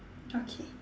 okay